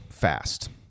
fast